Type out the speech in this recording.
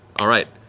all right,